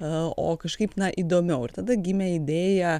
o kažkaip na įdomiau ir tada gimė idėja